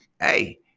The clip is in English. Hey